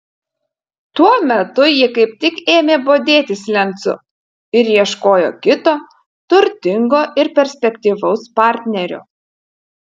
tuo metu ji kaip tik ėmė bodėtis lencu ir ieškojo kito turtingo ir perspektyvaus partnerio